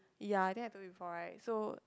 ya I think I told you before right so